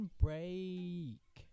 break